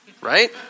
Right